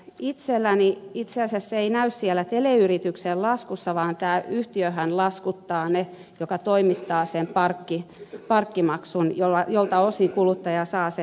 itselläni tämä itse asiassa ei näy siellä teleyrityksen laskussa vaan tämä yhtiöhän ne laskuttaa joka toimittaa sen parkkimaksun jolta osin kuluttaja saa sen tiedon